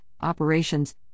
Operations